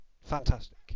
fantastic